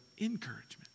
encouragement